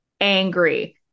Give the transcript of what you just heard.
angry